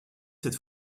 cette